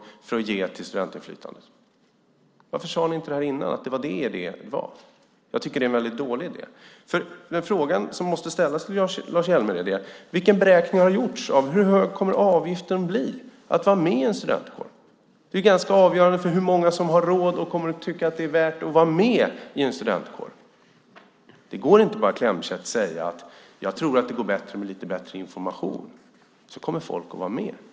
Varför sade ni inte innan att det var er idé? Jag tycker att det är en dålig idé. De frågor som måste ställas, Lars Hjälmered, är: Vilken beräkning har gjorts? Hur hög kommer avgiften att bli för att vara med i en studentkår? Det är avgörande för hur många som kommer att ha råd och tycka att det är värt att vara med i en studentkår. Det går inte att klämkäckt säga att det går bättre med lite bättre information, att då kommer folk att vara med.